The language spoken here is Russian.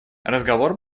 разговор